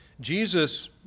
Jesus